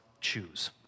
choose